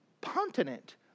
continent